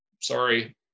Sorry